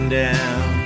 down